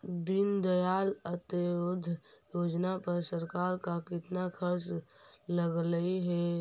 दीनदयाल अंत्योदय योजना पर सरकार का कितना खर्चा लगलई हे